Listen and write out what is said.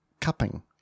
cupping